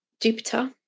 Jupiter